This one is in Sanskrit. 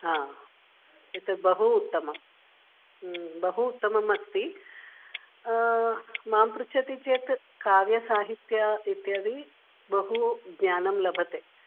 हा एतत् बहु उत्तमं बहु उत्तमम् अस्ति मां पृच्छति चेत् काव्यसाहित्यम् इत्यादि बहु ज्ञानं लभते